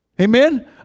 Amen